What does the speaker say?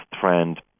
trend